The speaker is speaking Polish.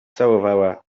całowała